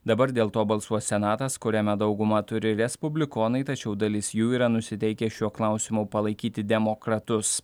dabar dėl to balsuos senatas kuriame daugumą turi respublikonai tačiau dalis jų yra nusiteikę šiuo klausimu palaikyti demokratus